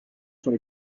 sont